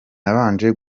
nabanje